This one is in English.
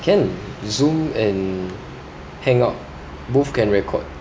can zoom and hangout both can record